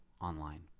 online